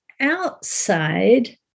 outside